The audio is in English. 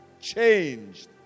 changed